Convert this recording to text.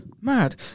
Mad